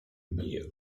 meal